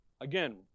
Again